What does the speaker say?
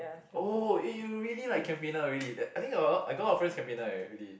oh eh you really like campaigner already that I think the I got a lot of friends campaigner already